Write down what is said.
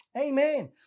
Amen